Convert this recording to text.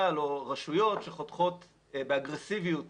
או רשויות שגוזמות את העצים באגרסיביות